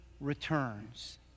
returns